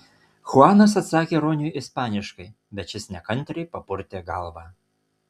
chuanas atsakė roniui ispaniškai bet šis nekantriai papurtė galvą